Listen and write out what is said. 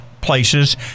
places